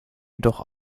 jedoch